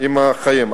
עם החיים.